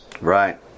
Right